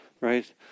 right